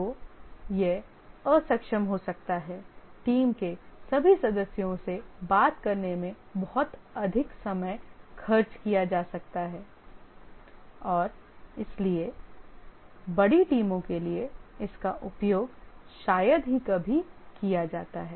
तो यह अक्षम हो सकता है टीम के सभी सदस्यों से बात करने में बहुत अधिक समय खर्च किया जा सकता है और इसलिए बड़ी टीमों के लिए इसका उपयोग शायद ही कभी किया जाता है